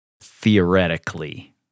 theoretically